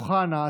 אמיר אוחנה,